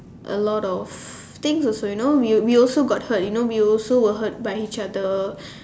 a lot of things you know we we also got hurt you know we also were hurt by each other